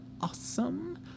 awesome